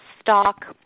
stock